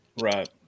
Right